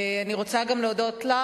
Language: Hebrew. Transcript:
אני רוצה להודות גם לך,